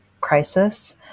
crisis